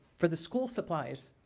for the school supplies,